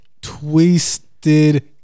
Twisted